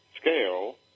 scale